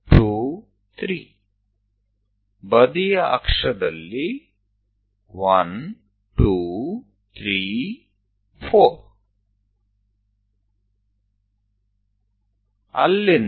ಇದು 1 2 3 ಬದಿಯ ಅಕ್ಷದಲ್ಲಿ 1 2 3 4